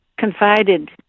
Confided